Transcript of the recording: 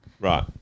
Right